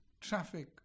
traffic